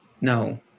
No